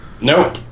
nope